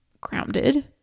grounded